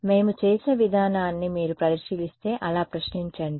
మేము చేసిన విధానాన్ని మీరు పరిశీలిస్తే అలా ప్రశ్నించండి